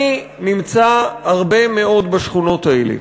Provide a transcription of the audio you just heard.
אני נמצא הרבה מאוד בשכונות האלה,